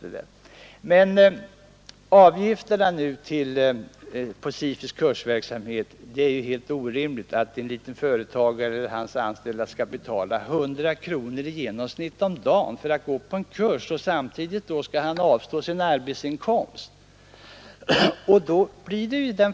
Men vad beträffar avgifterna inom SIFU:s kursverksamhet är det ju helt orimligt att en liten företagare eller hans anställda skall betala 100 kronor i genomsnitt per dag för att gå på en kurs och samtidigt skall avstå sin arbetsinkomst.